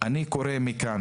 אני קורא מכאן